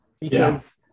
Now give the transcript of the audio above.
because-